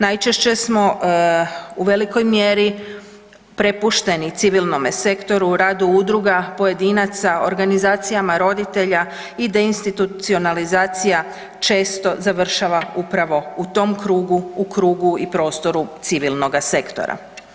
Najčešće smo u velikoj mjeri prepušteni civilnome sektoru, radu udruga, pojedinaca, organizacijama roditelja i deinstitucionalizacija često završava upravo u tom krugu, u krugu i prostoru civilnoga sektora.